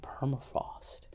permafrost